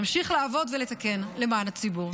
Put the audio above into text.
נמשיך לעבוד ולתקן למען הציבור.